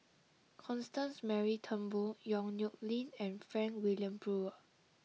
Constance Mary Turnbull Yong Nyuk Lin and Frank Wilmin Brewer